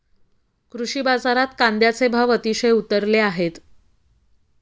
कृषी बाजारात कांद्याचे भाव अतिशय उतरले आहेत